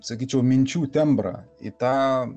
sakyčiau minčių tembrą į tą